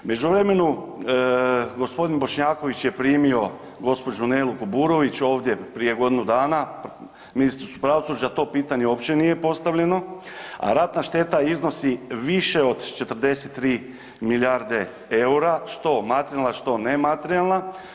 U međuvremenu, gospodin Bošnjaković je primio gospođu Nelu Kuburović ovdje prije godinu dana, ministru pravosuđa to pitanje uopće nije postavljeno, a ratna šteta iznosi više od 43 milijarde EUR-a što materijalna, što nematerijalna.